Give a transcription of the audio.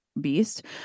beast